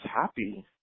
happy